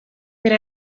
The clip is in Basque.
bere